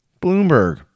Bloomberg